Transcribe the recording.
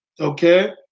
okay